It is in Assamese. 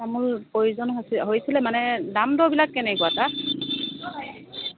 তামোল প্ৰয়োজন হৈছে হৈছিলে মানে দাম দৰবিলাক কেনেকুৱা তাত